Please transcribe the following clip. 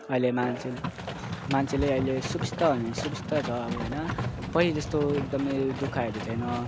अहिले मान्छे मान्छेले अहिले सुविस्ता भने सुविस्ता छ अब होइन पहिले जस्तो एकदमै दुःखहरू छैन